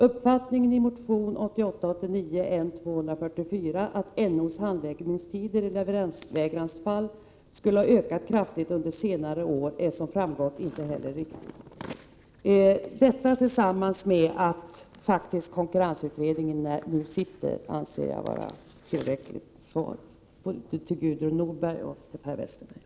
Uppfattningen i motion 1988/89:N244 att NO:s handläggningstider i leveransvägransfall skulle ha ökat kraftigt under senare år är som framgått heller inte riktig.” Detta, tillsammans med att konkurrensutredningen nu arbetar, anser jag vara tillräckligt svar både till Gudrun Norberg och Per Westerberg.